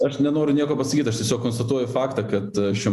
aš nenoriu nieko pasakyt aš tiesiog konstatuoju faktą kad šiuo